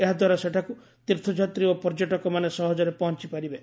ଏହାଦ୍ୱାରା ସେଠାକୁ ତୀର୍ଥଯାତ୍ରୀ ଓ ପର୍ଯ୍ୟଟକମାନେ ସହଜରେ ପହଞ୍ଚି ପାରିବେ